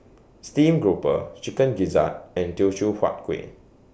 Stream Grouper Chicken Gizzard and Teochew Huat Kueh